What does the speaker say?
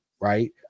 right